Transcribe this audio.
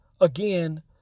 again